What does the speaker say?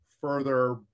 further